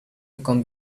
comb